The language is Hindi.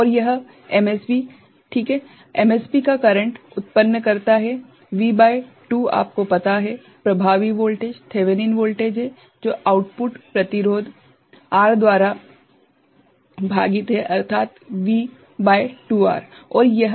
और यह MSB ठीक है MSB एक करंट उत्पन्न करता है V भागित 2 आपको पता है प्रभावी वोल्टेज थेवेनिन वोल्टेज हैं जो आउटपुट प्रतिरोध R द्वारा भागित हैं अर्थात V भागित 2R